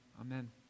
amen